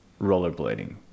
rollerblading